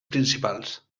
principals